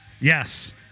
Yes